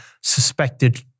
suspected